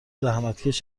زحمتکش